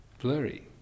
blurry